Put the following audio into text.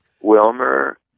Wilmer